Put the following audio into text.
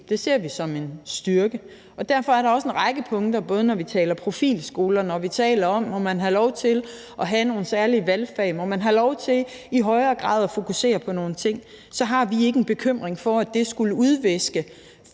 det ser vi som en styrke. Og både når vi taler profilskoler, og når vi taler om, om man må have lov til at have nogle særlige valgfag, om man må have lov til i højere grad at fokusere på nogle bestemte ting, så har vi ikke en bekymring for, at det skulle udviske